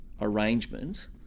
arrangement